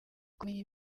kumenya